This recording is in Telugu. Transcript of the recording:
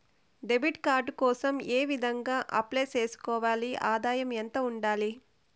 డెబిట్ కార్డు కోసం ఏ విధంగా అప్లై సేసుకోవాలి? ఆదాయం ఎంత ఉండాలి?